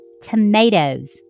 tomatoes